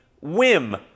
whim